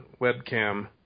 webcam